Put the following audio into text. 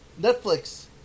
Netflix